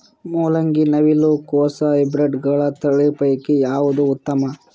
ಮೊಲಂಗಿ, ನವಿಲು ಕೊಸ ಹೈಬ್ರಿಡ್ಗಳ ತಳಿ ಪೈಕಿ ಯಾವದು ಉತ್ತಮ?